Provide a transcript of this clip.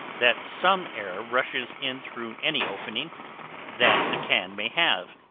that some air rushes in through any opening that the can may have,